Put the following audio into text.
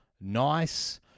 nice